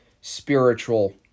spiritual